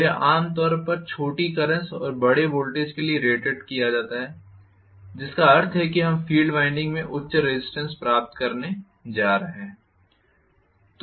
तो यह आम तौर पर छोटी करन्ट्स और बड़े वोल्टेज के लिए रेटेड किया जाता है जिसका अर्थ है कि हम फील्ड वाइंडिंग में उच्च रेज़िस्टेन्स प्राप्त करने जा रहे हैं